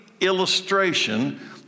illustration